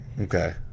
okay